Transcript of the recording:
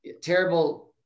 terrible